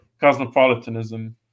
cosmopolitanism